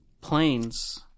planes